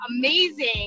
amazing